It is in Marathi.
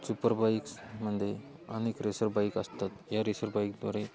सुपर बाईक्समध्ये अनेक रेसर बाईक असतात या रेसर बाईकद्वारे